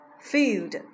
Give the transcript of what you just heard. field